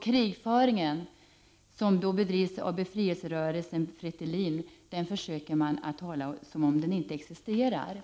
Krigföringen av Fretilin försöker man betrakta som ickeexisterande.